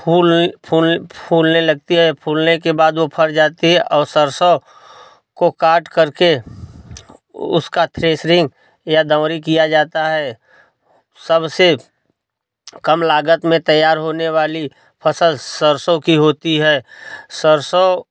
फूल फूल फूलने लगती है फूलने के बाद वो फर जाती है और सरसों को काट करके उसका थ्रेसरिंग या दाउरी किया जाता है सबसे कम लागत में तैयार होने वाली फसल सरसों की होती है सरसों